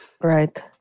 Right